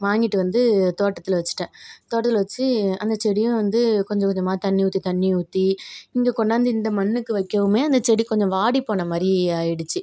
வாங்கிட்டு வந்து தோட்டத்தில் வச்சுட்டேன் தோட்டத்தில் வச்சு அந்த செடியும் வந்து கொஞ்ச கொஞ்சமாக தண்ணி ஊற்றி தண்ணி ஊற்றி இங்கே கொண்டாந்து இந்த மண்ணுக்கு வைக்கவுமே அந்த செடி கொஞ்சம் வாடி போனமாதிரி ஆயிடுச்சு